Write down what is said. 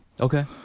Okay